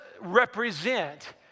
represent